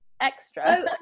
extra